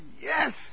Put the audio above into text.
yes